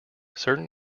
certain